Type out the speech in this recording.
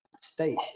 state